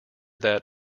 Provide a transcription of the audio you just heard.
that